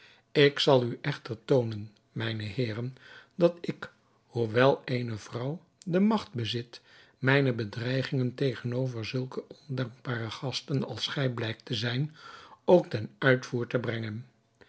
ik zal u echter toonen mijne heeren dat ik hoewel eene vrouw de magt bezit mijne bedreigingen tegenover zulke ondankbare gasten als gij blijkt te zijn ook ten uitvoer te brengen